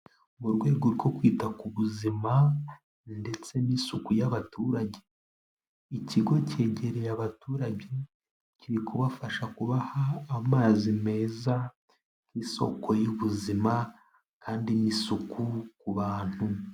Mu rwego rwo kwita ku buzima ndetse n'isuku y'abaturage, ikigo cyegereye abaturage, kiri kubafasha kubaha amazi meza nk'isoko y'ubuzima kandi n'isuku ku bantu.